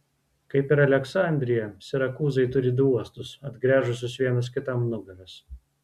kaip ir aleksandrija sirakūzai turi du uostus atgręžusius vienas kitam nugaras